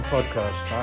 Podcast